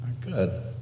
Good